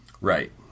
Right